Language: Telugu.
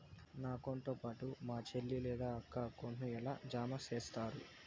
నా అకౌంట్ తో పాటు మా చెల్లి లేదా అక్క అకౌంట్ ను ఎలా జామ సేస్తారు?